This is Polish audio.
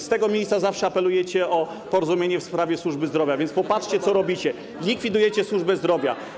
Z tego miejsca zawsze apelujecie o porozumienie w sprawie służby zdrowia, więc popatrzcie, co robicie - likwidujecie służbę zdrowia.